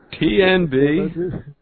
TNB